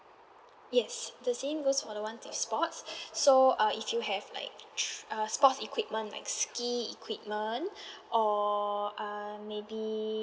yes the same goes for the one in sports so uh if you have like t~ uh sports equipment like ski equipment or uh maybe